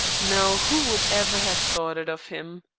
now, who would ever have thought it of him?